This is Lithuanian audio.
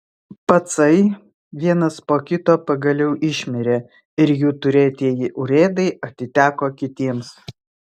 pacai vienas po kito pagaliau išmirė ir jų turėtieji urėdai atiteko kitiems